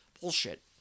bullshit